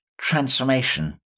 transformation